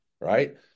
right